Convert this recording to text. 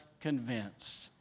convinced